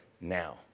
now